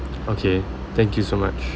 okay thank you so much